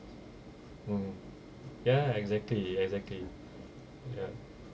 mm ya exactly exactly ya